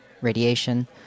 radiation